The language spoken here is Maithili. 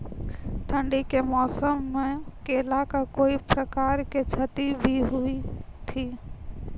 ठंडी के मौसम मे केला का कोई प्रकार के क्षति भी हुई थी?